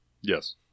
Yes